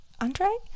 Andre